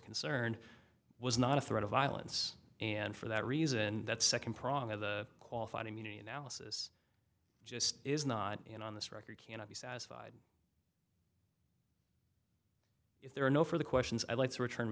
concerned was not a threat of violence and for that reason that second prong of the qualified immunity analysis just is not in on this record cannot be satisfied if there are no further questions i'd like to return